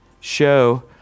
show